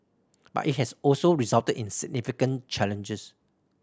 but it has also resulted in significant challenges